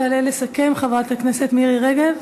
תעלה לסכם חברת הכנסת מירי רגב.